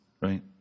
right